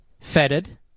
fetid